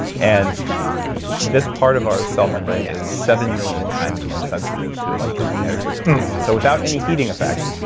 and this part of our cell membrane is seven million times more sensitive to electromagnetic frequencies so without any heating effect,